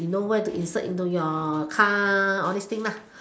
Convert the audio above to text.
you know where to insert into your car all these thing lah